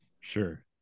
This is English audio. Sure